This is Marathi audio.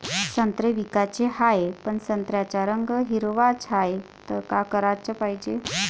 संत्रे विकाचे हाये, पन संत्र्याचा रंग हिरवाच हाये, त का कराच पायजे?